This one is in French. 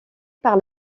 par